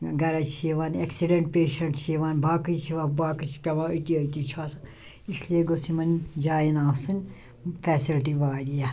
ٲں گَرَا چھِ یِوان ایٚکسِڈیٚنٛٹ پیشنٛٹ چھِ یِوان باقٕے چھِ یِوان باقٕے چھِ پیٚوان أتی أتی چھِ آسان اسلیے گٔژ یِمَن جاین آسٕنۍ فیسلٹی واریاہ